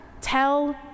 tell